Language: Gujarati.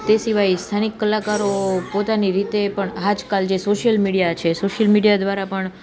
તે સિવાય સ્થાનિક કલાકારો પોતાની રીતે પણ આજ કાલ જે સોશિયલ મીડિયા છે સોશિયલ મીડિયા દ્વારા પણ